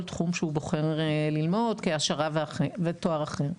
תחום שהוא בוחר ללמוד כהעשרה ותואר אחר.